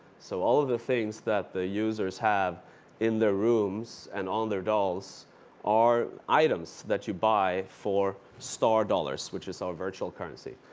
so all of the things that the users have in their rooms and on their adults are items that you buy for stardollars, which is our virtual currency.